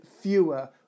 fewer